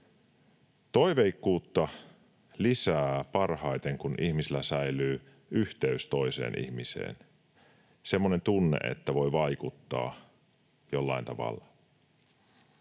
Toiveikkuutta lisää parhaiten, kun ihmisillä säilyy yhteys toiseen ihmiseen, semmoinen tunne, että voi vaikuttaa jollain tavalla,